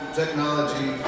technology